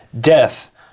death